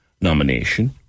nomination